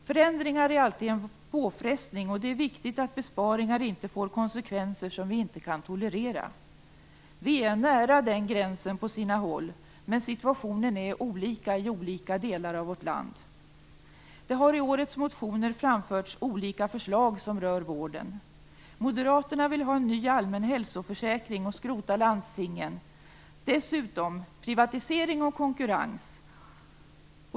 Förändringar är alltid en påfrestning, och det är viktigt att besparingar inte får konsekvenser som vi inte kan tolerera. Vi är nära den gränsen på sina håll, men situationen är olika i olika delar av vårt land. Det har i årets motioner framförts olika förslag som rör vården. Moderaterna vill ha en ny allmän hälsoförsäkring och skrota landstingen. Dessutom vill de ha privatisering och konkurrens.